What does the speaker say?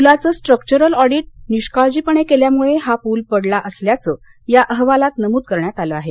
पुलाचं structural audit निष्काळजीपणे केल्यामुळे हा पूल पडला असल्याचं या अहवालात नमूद करण्यात आलं आहे